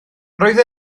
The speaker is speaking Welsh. roedd